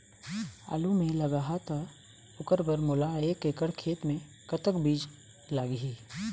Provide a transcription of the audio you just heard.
आलू मे लगाहा त ओकर बर मोला एक एकड़ खेत मे कतक बीज लाग ही?